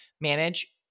manage